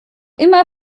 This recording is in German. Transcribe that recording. immer